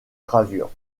gravures